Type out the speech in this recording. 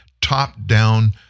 top-down